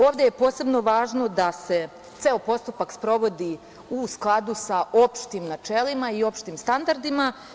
Ovde je posebno važno da se ceo postupak sprovodi u skladu sa opštim načelima i opštim standardima.